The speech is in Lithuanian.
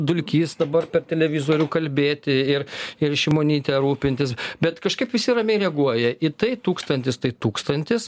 dulkys dabar per televizorių kalbėti ir ir šimonyte rūpintis bet kažkaip visi ramiai reaguoja į tai tūkstantis tai tūkstantis